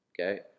okay